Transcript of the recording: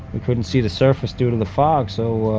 we couldn't see the surface due to the fog, so